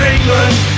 England